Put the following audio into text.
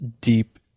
deep